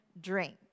drink